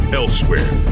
elsewhere